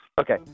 Okay